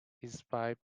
inspired